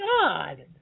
God